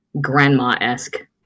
grandma-esque